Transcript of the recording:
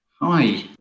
hi